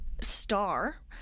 star